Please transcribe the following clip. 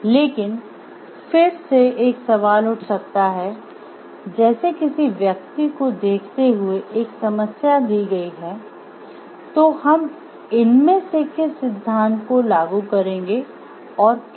लेकिन फिर से एक सवाल उठ सकता है जैसे किसी स्थिति को देखते हुए एक समस्या दी गई है तो हम इनमें से किस सिद्धांत को लागू करेंगे और क्यों